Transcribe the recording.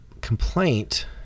complaint